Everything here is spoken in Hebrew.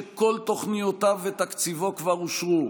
שכל תוכניותיו ותקציבו כבר אושרו,